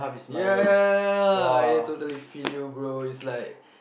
ya ya ya ya ya I totally feel you bro is like